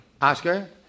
Oscar